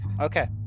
Okay